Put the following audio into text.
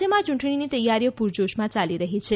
રાજ્યમાં ચૂંટણીની તૈયારીઓ પૂરજોશમાં ચાલી રહી છે